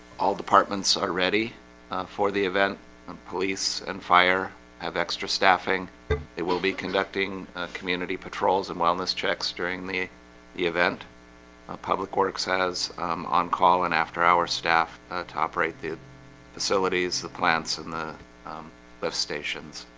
all departments are ready for the event um police and fire have extra staffing it will be conducting community patrols and wellness checks during the the event public works has on call and after our staff top rate the facilities the plants and the lift stations.